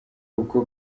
uko